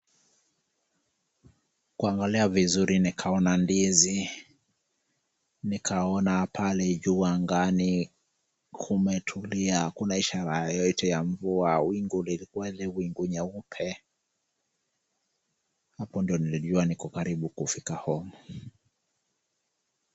Kuangalia vizuri nikaona ndizi. Nikaona pale juu angani kumetulia. Hakuna ishara yoyote ya mvua. Wingu lilikuwa ile wingu nyeupe, hapo ndio nilijua niko karibu kufika home .